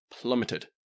plummeted